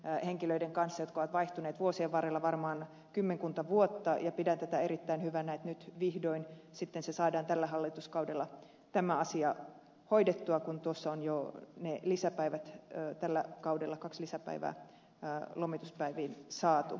henkilöiden kanssa jotka ovat vaihtuneet vuosien varrella varmaan kymmenkunta vuotta ja pidän tätä erittäin hyvänä että nyt vihdoin sitten saadaan tällä hallituskaudella tämä asia hoidettua kun tuossa on jo ne lisäpäivät tällä kaudella kaksi lisäpäivää lomituspäiviin saatu